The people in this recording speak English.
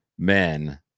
men